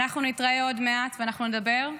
אנחנו נתראה עוד מעט ואנחנו נדבר.